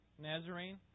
Nazarene